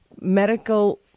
medical